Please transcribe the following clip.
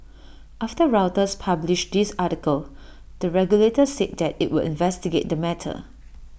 after Reuters published this article the regulator said that IT would investigate the matter